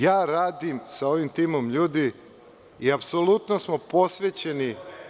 Ja radim sa ovi timom ljudi i apsolutno smo posvećeni.